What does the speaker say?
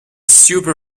super